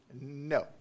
No